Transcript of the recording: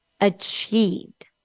achieved